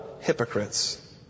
hypocrites